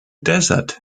desert